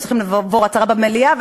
והיינו צריכים לעבור הצהרה במליאה,